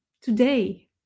today